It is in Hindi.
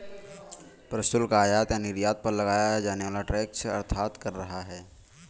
प्रशुल्क, आयात या निर्यात पर लगाया जाने वाला टैक्स अर्थात कर है